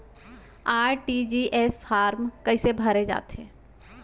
RTGS form कइसे भरे जाथे?